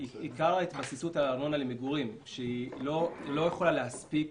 עיקר ההתבססות על הארנונה למגורים לא יכולה להספיק